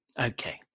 Okay